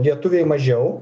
lietuviai mažiau